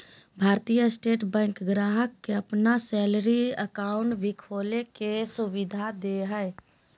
भारतीय state bank ग्राहक के अपन सैलरी अकाउंट भी खोले के सुविधा दे हइ